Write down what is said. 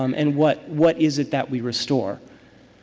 um and what what is it that we restore?